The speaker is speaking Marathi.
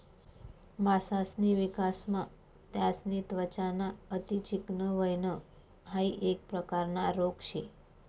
मासासनी विकासमा त्यासनी त्वचा ना अति चिकनं व्हयन हाइ एक प्रकारना रोग शे